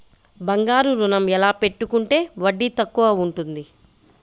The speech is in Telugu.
బంగారు ఋణం ఎలా పెట్టుకుంటే వడ్డీ తక్కువ ఉంటుంది?